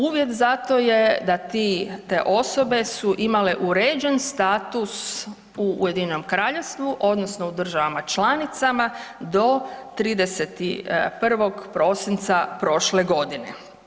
Uvjet za to je, da ti, te osobe su imale uređen status u UK-u odnosno u državama članicama do 31. prosinca prošle godine.